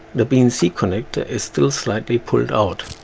the bnc connector is still slightly pulled out.